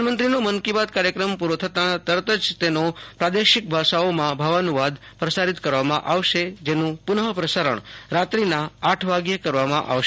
પ્રધાનમંત્રીનો મન કી બાત કાર્યક્રમ પુરો થતાં તરત જ તેનો પ્રાદેશિક ભાષાઓમાં ભાવાનુવાદ પ્રસારીત કરવાાં આવશે જેનું પુનઃ પ્રસારણ રાત્રિના આઠ વાગ્યે કરવામાં આવશે